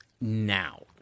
now